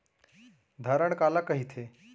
धरण काला कहिथे?